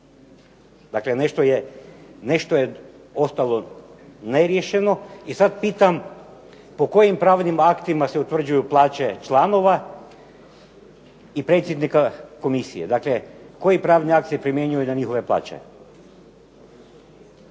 Dakle, nešto je ostalo neriješeno. I sada pitam po kojim pravilima i aktima se utvrđuju plaće članova i predsjednika komisije. Dakle, koje pravne akcije primjenjuju na njihove plaće.